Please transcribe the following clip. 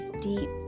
deep